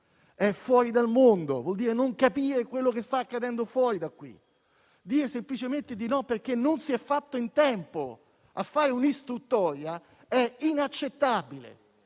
e fuori dal mondo e vuol dire non capire quello che sta accadendo fuori di qui. Dire di no semplicemente perché non si è fatto in tempo a fare un'istruttoria è inaccettabile.